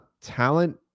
talent